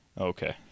Okay